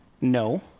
No